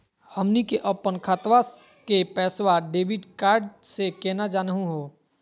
हमनी के अपन खतवा के पैसवा डेबिट कार्ड से केना जानहु हो?